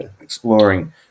exploring